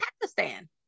Pakistan